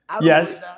Yes